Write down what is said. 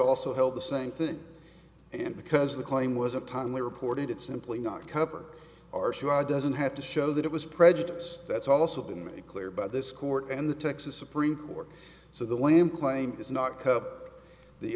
also held the same thing and because the claim was a timely reported it's simply not covered are sure i doesn't have to show that it was prejudice that's also been made clear by this court and the texas supreme court so the land claim does not